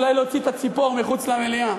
אולי להוציא את הציפור מחוץ למליאה.